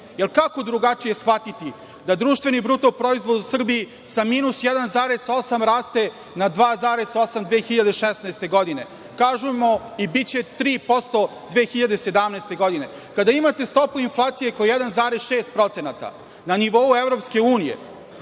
jer kako drugačije shvatiti da društveni bruto proizvod u Srbiji sa 1,8 raste na 2,8 2016. godine, kažemo i biće 3% 2017. godine. Kada imate stopu inflacije oko 1,6% na nivou EU, kada vam je